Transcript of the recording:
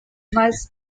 nice